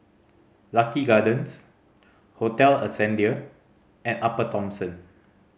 Lucky Gardens Hotel Ascendere and Upper Thomson